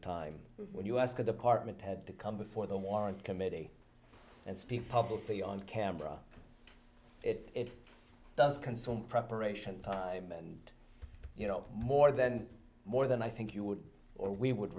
time when you ask a department head to come before the warrant committee and speak publicly on camera it does consume preparation time and you know more then more than i think you would or we would